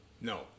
no